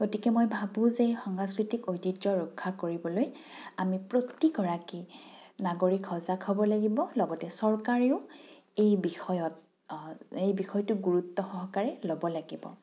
গতিকে মই ভাবোঁ যে সাংস্কৃতিক ঐতিহ্য ৰক্ষা কৰিবলৈ আমি প্ৰতি গৰাকী নাগৰিক সজাগ হ'ব লাগিব লগতে চৰকাৰেও এই বিষয়ত এই বিষয়টোক গুৰুত্ব সহকাৰে ল'ব লাগিব